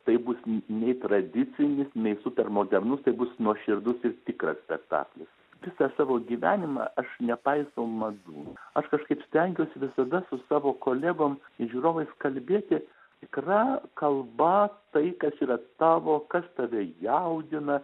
tai bus n nei tradicinis nei supermodernus tai bus nuoširdus ir tikras spektaklis visą savo gyvenimą aš nepaisau madų ar kažkaip stengiuos visada su savo kolegom žiūrovais kalbėti tikra kalba tai kas yra tavo kas tave jaudina